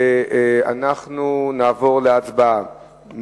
אנחנו נעבור להצבעה